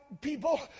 people